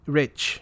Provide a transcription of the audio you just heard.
rich